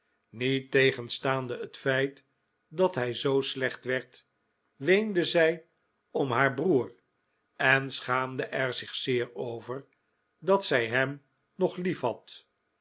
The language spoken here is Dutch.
niettegenstaande het feit dat hij zoo slecht werd weende zij om haar broer en schaamde er zich zeer over dat zij hem nog liefhad